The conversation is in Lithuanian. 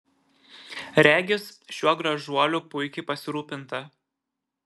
regis šiuo gražuoliu puikiai pasirūpinta